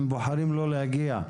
הם בוחרים לא להגיע.